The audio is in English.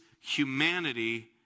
humanity